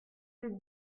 les